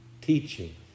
teaching